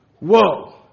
Whoa